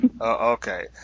Okay